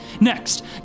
next